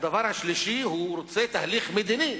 הדבר השלישי: הוא רוצה תהליך מדיני,